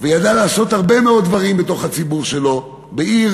לעשות הרבה מאוד דברים בתוך הציבור שלו בעיר